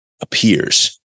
appears